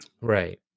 Right